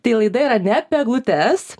tai laida yra ne apie eglutes